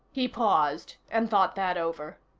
he paused and thought that over.